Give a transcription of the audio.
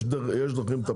יש דרכים לטפל בזה.